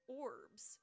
orbs